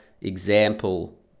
example